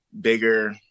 bigger